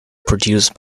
produced